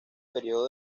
periodo